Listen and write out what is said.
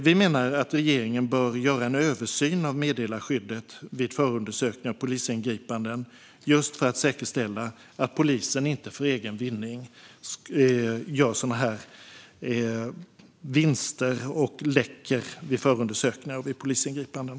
Vi menar att regeringen bör göra en översyn av meddelarskyddet vid förundersökningar och polisingripanden just för att säkerställa att polisen inte för egen vinning läcker vid förundersökningar och vid polisingripanden.